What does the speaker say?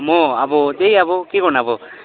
म अब त्यही अब के गर्नु अब